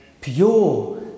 pure